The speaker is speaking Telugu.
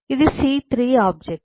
ఇది C3 ఆబ్జెక్ట్